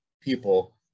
people